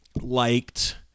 liked